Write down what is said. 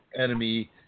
enemy